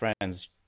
friends